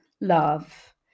love